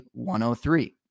103